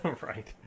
Right